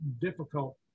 difficult